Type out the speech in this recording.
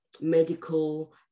medical